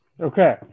Okay